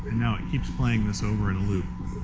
now it keeps playing this over in a loop.